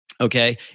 Okay